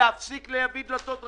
להפסיק להביא דלתות "רב-בריח"